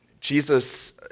Jesus